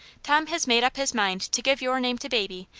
tom has made up his mind to give your name to baby,